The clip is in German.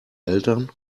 eltern